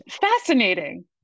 Fascinating